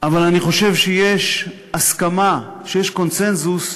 אבל אני חושב שיש הסכמה, שיש קונסנזוס,